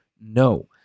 No